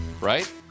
right